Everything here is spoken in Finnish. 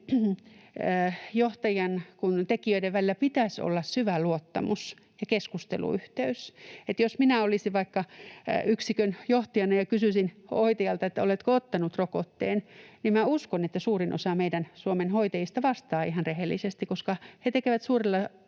johtajan kuin tekijöiden välillä pitäisi olla syvä luottamus ja keskusteluyhteys. Jos minä olisin vaikka yksikön johtajana ja kysyisin hoitajalta, oletko ottanut rokotteen, niin minä uskon, että suurin osa meidän Suomen hoitajista vastaa ihan rehellisesti, koska he tekevät suurella